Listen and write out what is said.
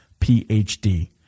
PhD